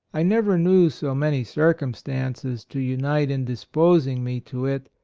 i never knew so many cir cumstances to unite in disposing me to it,